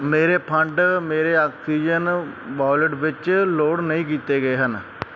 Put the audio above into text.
ਮੇਰੇ ਫੰਡ ਮੇਰੇ oxygen wallet ਵਿੱਚ ਲੋਡ ਨਹੀਂ ਕੀਤੇ ਗਏ ਹਨ